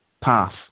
path